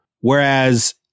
Whereas